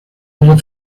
ellos